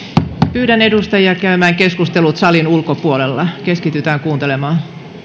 pyydän edustajia käymään keskustelut salin ulkopuolella keskitytään kuuntelemaan